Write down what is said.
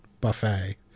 buffet